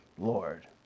Lord